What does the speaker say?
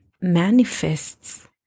manifests